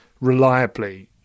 reliably